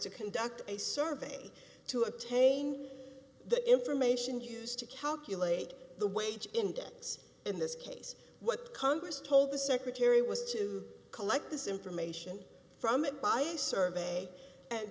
to conduct a survey to obtain the information used to calculate the wage indians in this case what congress told the secretary was to collect this information from it by a survey and